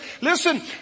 listen